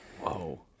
Whoa